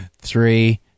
three